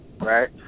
right